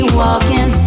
walking